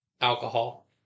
Alcohol